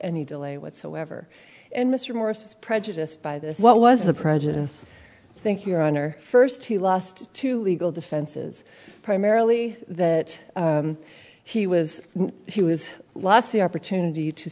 any delay whatsoever and mr morris was prejudiced by this what was the prejudice thank your honor first he lost to legal defenses primarily that he was he was last the opportunity to